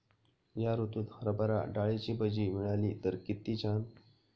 या ऋतूत हरभरा डाळीची भजी मिळाली तर कित्ती छान